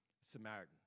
Samaritan